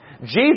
Jesus